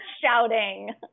shouting